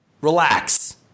Relax